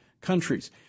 countries